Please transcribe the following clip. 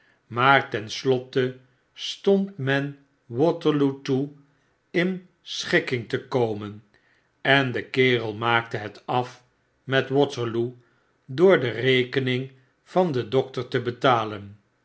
maar ten slotte stond men waterloo toe in schikking te komen en de kerel maakte het af met waterloo door de rekening van den dokter te betalen